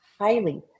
highly